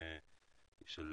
עם